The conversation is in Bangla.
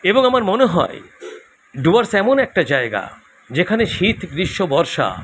এবং আমার মনে হয় ডুয়ার্স এমন একটা জায়গা যেখানে শীত গ্রীষ্ম বর্ষা